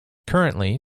currently